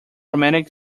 romantic